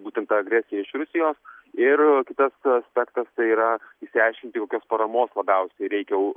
būtent ta agresija iš rusijos ir kitas aspektas tai yra išsiaiškinti kokios paramos labiausiai reikia